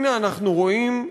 הנה אנחנו רואים,